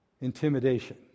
Intimidation